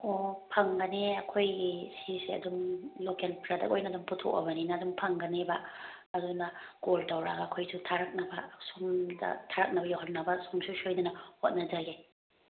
ꯑꯣ ꯐꯪꯒꯅꯤꯌꯦ ꯑꯩꯈꯣꯏꯒꯤ ꯁꯤꯁꯦ ꯑꯗꯨꯝ ꯂꯣꯀꯦꯜ ꯄ꯭ꯔꯗꯛ ꯑꯣꯏꯅ ꯑꯗꯨꯝ ꯄꯨꯊꯣꯛꯑꯕꯅꯤꯅ ꯑꯗꯨꯝ ꯐꯪꯒꯅꯦꯕ ꯑꯗꯨꯅ ꯀꯣꯜ ꯇꯧꯔꯛꯑꯒ ꯑꯩꯈꯣꯏꯁꯨ ꯊꯥꯔꯛꯅꯕ ꯁꯣꯝꯗ ꯊꯥꯔꯛꯅꯕ ꯌꯧꯍꯟꯅꯕ ꯁꯨꯡꯁꯣꯏ ꯁꯣꯏꯗꯅ ꯍꯣꯠꯅꯖꯒꯦ